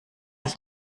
ich